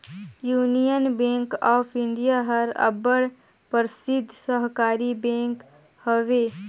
union Bank of India हर अब्बड़ परसिद्ध सहकारी बेंक हवे